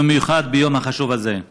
ובמיוחד ביום החשוב הזה.